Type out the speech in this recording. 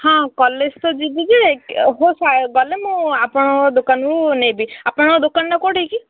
ହଁ କଲେଜ୍ ତ ଯିବି ଯେ ହଉ ଗଲେ ମୁଁ ଆପଣଙ୍କ ଦୋକାନରୁ ନେବି ଆପଣଙ୍କ ଦୋକନଟା କେଉଁଠି କି